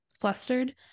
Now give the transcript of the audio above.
flustered